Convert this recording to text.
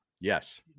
Yes